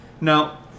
Now